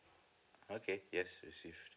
okay yes received